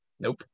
Nope